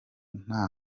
nta